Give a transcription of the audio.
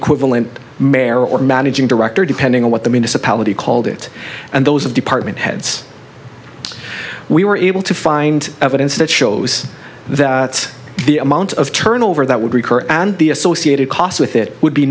equivalent mayor or managing director depending on what the municipality called it and those of department heads we were able to find evidence that shows that the amount of turnover that would recur and the associated costs with it would be